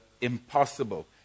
impossible